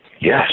Yes